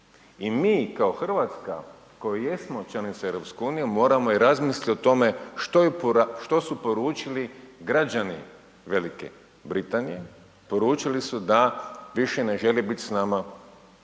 I mi kao Hrvatska koji jesmo članica EU moramo razmisliti o tome što su poručili građani Velika Britanije, poručili su da više ne žele biti s nama